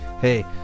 hey